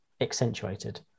accentuated